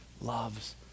loves